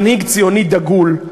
מנהיג ציוני דגול,